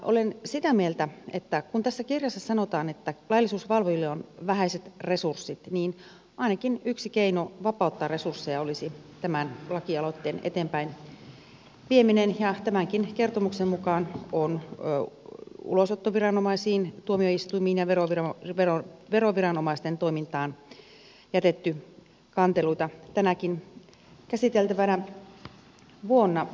olen sitä mieltä että kun tässä kirjassa sanotaan että laillisuusvalvojilla on vähäiset resurssit niin ainakin yksi keino vapauttaa resursseja olisi tämän lakialoitteen eteenpäinvieminen ja tämänkin kertomuksen mukaan on ulosottoviranomaisten tuomioistuinten ja veroviranomaisten toiminnasta jätetty kanteluita tänäkin käsiteltävänä vuonna